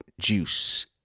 Juice